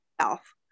self